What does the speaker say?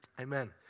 Amen